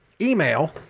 email